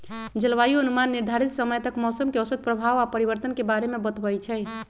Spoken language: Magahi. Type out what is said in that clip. जलवायु अनुमान निर्धारित समय तक मौसम के औसत प्रभाव आऽ परिवर्तन के बारे में बतबइ छइ